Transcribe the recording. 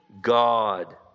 God